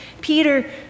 Peter